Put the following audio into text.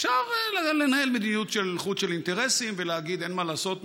אפשר לנהל מדיניות חוץ של אינטרסים ולהגיד: אין מה לעשות,